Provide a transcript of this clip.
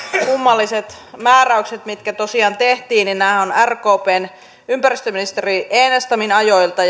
kummalliset määräyksethän mitkä tosiaan aikoinaan tehtiin ovat rkpn ympäristöministerin enestamin ajoilta